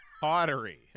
Pottery